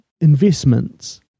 Investments